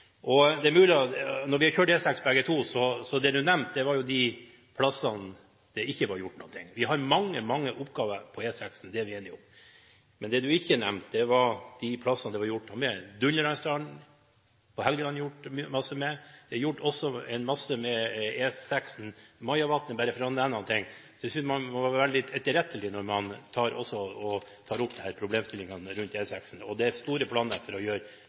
Vi har kjørt E6 begge to, og det Ellingsen nevnte, var de plassene det ikke var gjort noe. Vi har mange, mange oppgaver på E6, det er vi enige om, men det representanten ikke nevnte, var de plassene der det er gjort noe: I Dunderlandsdalen og på Helgeland er det gjort mye, og det er også gjort mye med E6 Majavatn – bare for å nevne noe. Man må være litt etterrettelig når man tar opp disse problemstillingene rundt E6. Det er store planer for å gjøre